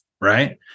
Right